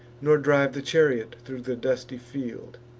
nor drive the chariot thro' the dusty field,